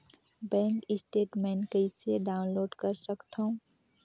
Bank statement कइसे download कर सकथव?